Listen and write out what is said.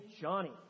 Johnny